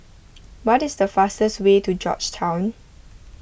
what is the fastest way to Georgetown